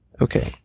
Okay